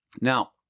Now